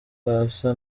rwasa